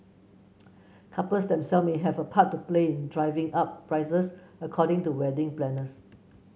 couples themself may have a part to play in driving up prices according to wedding planners